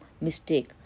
mistake